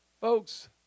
folks